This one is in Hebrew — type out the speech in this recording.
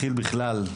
מכיל בכלל,